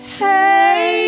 hey